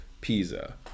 Pisa